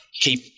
keep